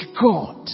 God